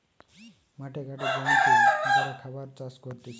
মাঠে ঘাটে জমিতে যারা খাবার চাষ করতিছে